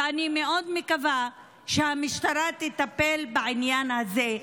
ואני מאוד מקווה שהמשטרה תטפל בעניין הזה,